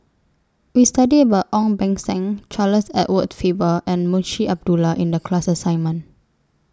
We studied about Ong Beng Seng Charles Edward Faber and Munshi Abdullah in The class assignment